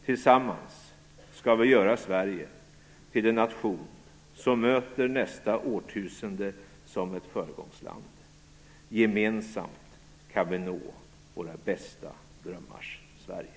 Tillsammans skall vi göra Sverige till en nation som möter nästa årtusende som ett föregångsland. Gemensamt kan vi nå våra bästa drömmars Sverige.